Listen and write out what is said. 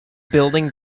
building